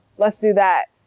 let's do that.